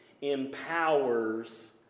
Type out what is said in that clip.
empowers